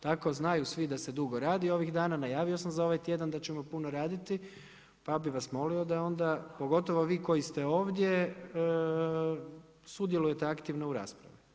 Tako znaju svi da se dugo radi ovih dana, najavio sam za ovaj tjedan da ćemo puno raditi, pa bi vas molio da onda pogotovo vi koji ste ovdje, sudjelujete aktivno u raspravi.